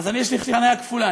אז יש לי חניה כפולה.